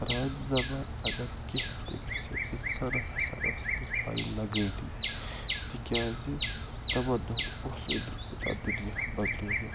پرانہِ زمانہٕ اگر کیٚنہہ تہِ گژھِ ہے اِنسانس ہسا ٲسۍ نہٕ پَے لَگٲنی تِکیازِ تِمَن دۄہَن اوسٕے نہٕ یوٗتاہ دُنیا بَدلیومُت